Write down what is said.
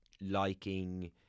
liking